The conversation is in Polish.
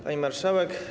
Pani Marszałek!